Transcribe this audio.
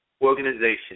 Organization